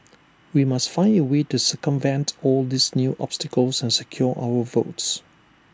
we must find A way to circumvent all these new obstacles and secure our votes